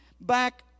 back